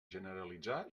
generalitzar